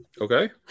Okay